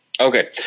Okay